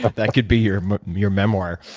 but that could be your your memoir.